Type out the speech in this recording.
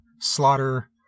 Slaughter